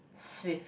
swift